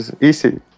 easy